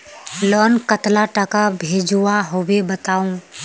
Loan कतला टाका भेजुआ होबे बताउ?